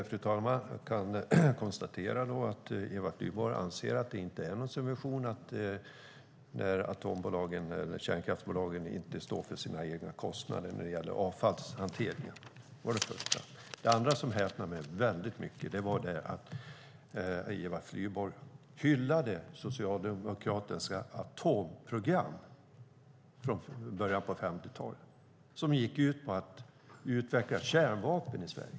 Fru talman! Jag kan konstatera att Eva Flyborg anser att det inte är någon subvention när kärnkraftsbolagen inte står för sina egna kostnader när det gäller avfallshanteringen. Det var det första. Det andra, som gjorde mig väldigt häpen, är att Eva Flyborg hyllade Socialdemokraternas atomprogram från början av 50-talet. Det gick ut på att utveckla kärnvapen i Sverige.